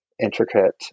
intricate